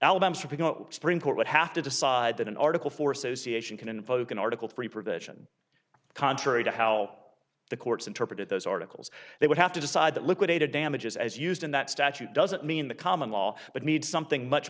court would have to decide that in article four association can invoke an article three provision contrary to how the courts interpreted those articles they would have to decide that liquidated damages as used in that statute doesn't mean the common law but need something much